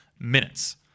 minutes